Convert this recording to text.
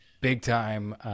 big-time